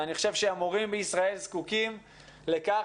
אני חושב שהמורים בישראל זקוקים לכך